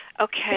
Okay